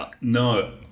No